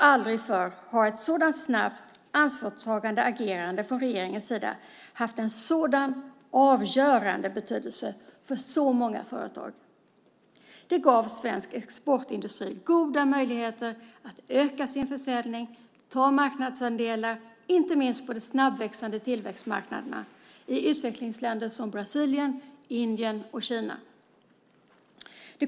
Aldrig förr har ett så snabbt och ansvarstagande agerande från regeringens sida haft en sådan avgörande betydelse för så många företag. Detta gav svensk exportindustri goda möjligheter att öka sin försäljning och att ta marknadsandelar, inte minst på de snabbväxande tillväxtmarknaderna i utvecklingsländer som Brasilien, Indien och Kina.